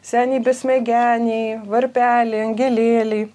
seniai besmegeniai varpeliai angelėliai